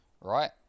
right